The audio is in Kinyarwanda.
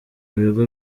bigo